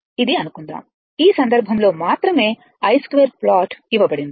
ఇది అనుకుందాం ఈ సందర్భంలో మాత్రమే i2 ప్లాట్ ఇవ్వబడింది